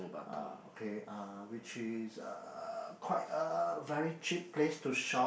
ah okay ah which is uh quite a very cheap place to shop